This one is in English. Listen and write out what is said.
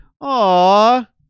Aw